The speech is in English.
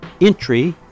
Entry